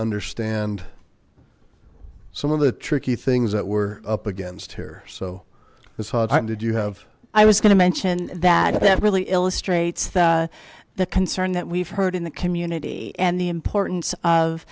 understand some of the tricky things that were up against here so this hard time did you have i was going to mention that that really illustrates the the concern that we've heard in the community and the importance of